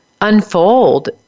unfold